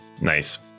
Nice